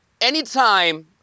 Anytime